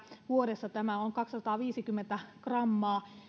vuodessa tämä on kaksisataaviisikymmentä grammaa